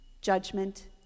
judgment